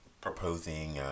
proposing